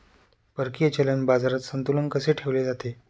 परकीय चलन बाजारात संतुलन कसे ठेवले जाते?